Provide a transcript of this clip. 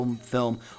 film